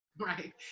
Right